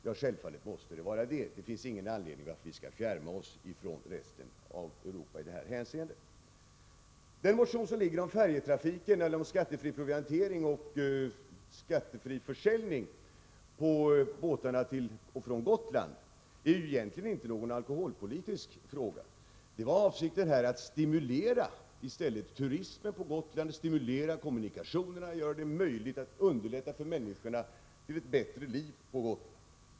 Ja, självfallet måste den vara det. Det finns ingen anledning till att vi skulle fjärma oss från resten av Europa i det här hänseendet. Den motion som har väckts om skattefri proviantering och försäljning på båtarna till och från Gotland gäller egentligen inte någon alkoholpolitisk fråga. Avsikten har i stället varit att stimulera kommunikationerna och turismen på Gotland, att skapa möjligheter för människor till ett bättre liv på Gotland.